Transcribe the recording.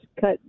cut